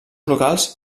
locals